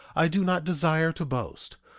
i do not desire to boast,